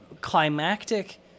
climactic